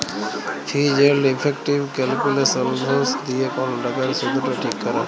ফিজ এলড effective calculations দিয়ে কল টাকার শুধট ঠিক ক্যরা হ্যয়